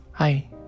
Hi